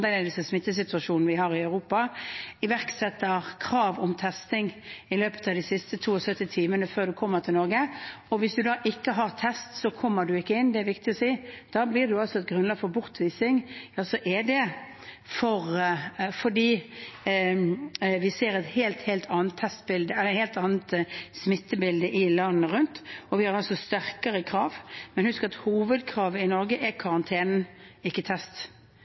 smittesituasjonen vi har i Europa, iverksetter krav om testing i løpet av de siste 72 timene før du kommer til Norge – og hvis du da ikke har test, kommer du ikke inn, det er det viktig å si, at da blir det altså grunnlag for bortvising –er det fordi vi ser et helt annet smittebilde i landene rundt, og vi har altså sterkere krav. Men husk at hovedkravet i Norge er karantene, ikke test.